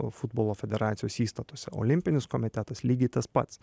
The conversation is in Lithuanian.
futbolo federacijos įstatuose olimpinis komitetas lygiai tas pats